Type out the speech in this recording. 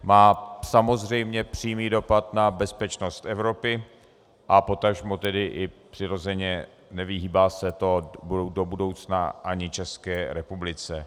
Má samozřejmě přímý dopad na bezpečnost Evropy, a potažmo tedy i přirozeně nevyhýbá se to do budoucna ani České republice.